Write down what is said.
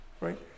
right